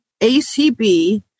ACB